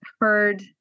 heard